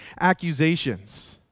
accusations